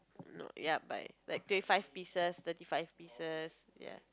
no ya but like twenty five pieces thirty five pieces